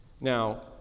Now